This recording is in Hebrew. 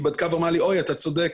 היא בדקה ואמרה לי שאני צודק.